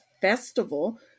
festival